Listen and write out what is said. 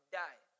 die